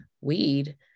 weed